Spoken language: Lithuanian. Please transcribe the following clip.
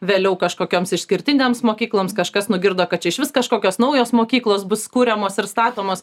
vėliau kažkokioms išskirtinėms mokykloms kažkas nugirdo kad čia išvis kažkokios naujos mokyklos bus kuriamos ir statomos